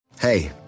Hey